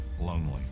lonely